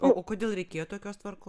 o kodėl reikėjo tokios tvarkos